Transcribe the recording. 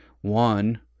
one